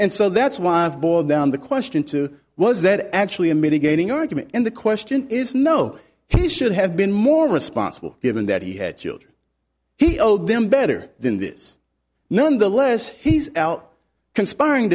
and so that's why i've borne down the question to was that actually a mitigating argument and the question is no he should have been more responsible given that he had children he owed them better than this none the less he's out conspiring